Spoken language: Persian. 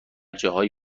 جاهای